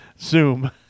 Zoom